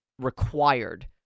required